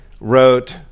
wrote